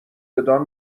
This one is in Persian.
بدان